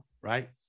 right